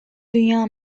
dünya